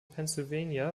pennsylvania